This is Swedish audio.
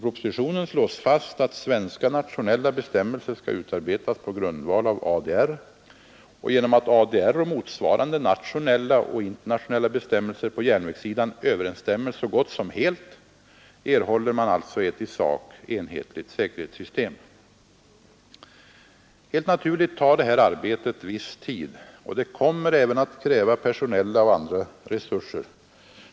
Där slås det fast att svenska nationella bestämmelser skall utarbetas på grundval av ADR, och genom att ADR och motsvarande nationella och internationella bestämmelser på järnvägssidan överensstämmer så gott som helt erhåller man alltså ett i sak enhetligt säkerhetssystem. Helt naturligt tar detta arbete viss tid, och det kommer även att kräva personella och andra resurser.